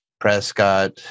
Prescott